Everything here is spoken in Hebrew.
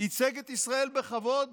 ייצג את ישראל בכבוד